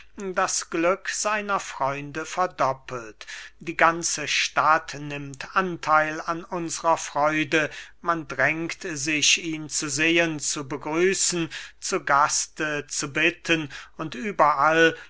das glück seiner freunde verdoppelt die ganze stadt nimmt antheil an unsrer freude man drängt sich ihn zu sehen zu begrüßen zu gaste zu bitten und überall